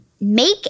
make